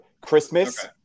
Christmas